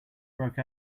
broke